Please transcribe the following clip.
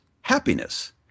happiness